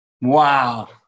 Wow